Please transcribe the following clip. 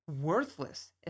worthless